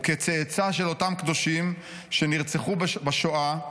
וכצאצא של אותם קדושים שנרצחו בשואה,